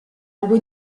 albo